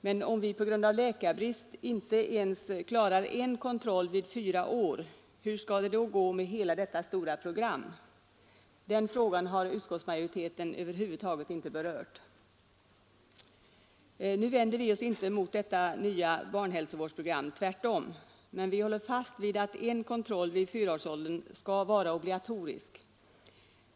Men om vi på grund av läkarbrist inte ens kan klara en kontroll vid fyra års ålder, hur skall vi då klara hela detta stora program? Den frågan har utskottsmajoriteten över huvud taget inte berört. Vi vänder oss inte mot detta nya barnhälsovårdsprogram, tvärtom, men vi håller fast vid att den kontroll som skall ske vid fyraårsåldern skall vara obligatorisk.